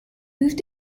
moved